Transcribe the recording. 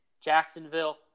Jacksonville